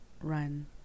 run